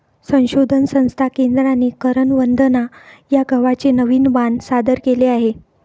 संशोधन संस्था केंद्राने करण वंदना या गव्हाचे नवीन वाण सादर केले आहे